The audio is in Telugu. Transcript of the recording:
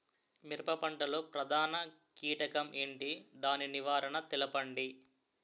మిరప పంట లో ప్రధాన కీటకం ఏంటి? దాని నివారణ తెలపండి?